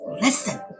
listen